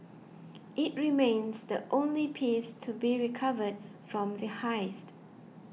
it remains the only piece to be recovered from the heist